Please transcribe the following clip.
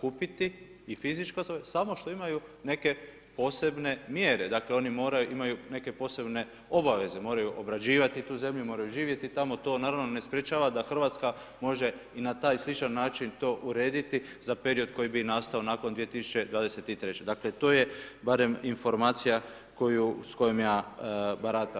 kupiti i fizičko, samo što imaju neke posebne mjere, dakle oni imaju neke posebne obaveze, moraju obrađivati tu zemlju, moraju živjeti tamo, to naravno ne sprječava da Hrvatska može i na taj sličan način to urediti za period koji bi nastao nakon 2023. dakle to je barem informacija s kojom ja baratam.